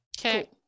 Okay